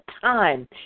time